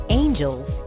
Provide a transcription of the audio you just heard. angels